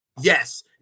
Yes